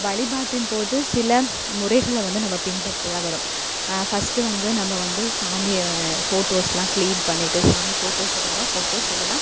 வழிபாட்டின்போது சில முறைகளை வந்து நம்ப பின்பற்றி தான் வரோம் ஃபர்ஸ்ட்டு வந்து நம்ம வந்து சாமியை ஃபோட்டோஸ் எல்லாம் க்ளீன் பண்ணிவிட்டு சாமி ஃபோட்டோஸ் இருந்தால் ஃபோட்டோஸ் இல்லைன்னா